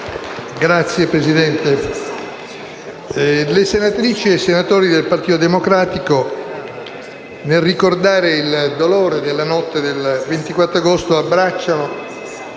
Signor Presidente, le senatrici e i senatori del Partito Democratico, nel ricordare il dolore della notte del 24 agosto, abbracciano